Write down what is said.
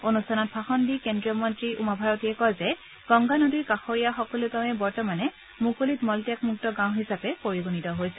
অনুষ্ঠানত ভাষণ দি কেন্দ্ৰীয় মন্ত্ৰী উমা ভাৰতীয়ে কয় যে গংগা নদীৰ কাষৰীয়া সকলো গাঁৱে বৰ্তমানে মুকলিত মল ত্যাগ মুক্ত গাঁও হিচাপে পৰিগণিত হৈছে